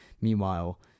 meanwhile